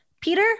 Peter